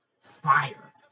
fire